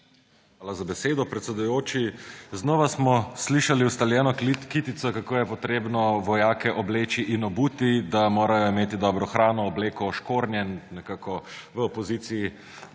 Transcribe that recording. Hvala za besedo, predsedujoči. Znova smo slišali ustaljeno kitico, kako je treba vojake obleči in obuti, da morajo imeti dobro hrano, obleko, škornje, nekako v opoziciji